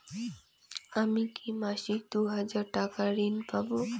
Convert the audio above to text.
আমি কি মাসিক দুই হাজার টাকার ঋণ পাব?